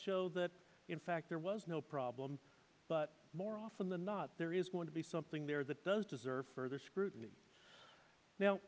show that in fact there was no problem but more often than not there is going to be something there that does deserve further scrutiny now